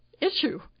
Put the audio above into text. issue